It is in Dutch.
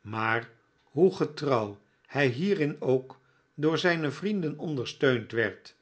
maar hoe getrouw hij hierin ook door zijne vrienden ondersteund werd